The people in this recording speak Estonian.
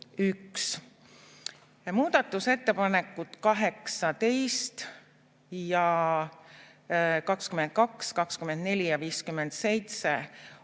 Muudatusettepanekud 18 ja 22, 24 ja 57